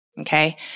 okay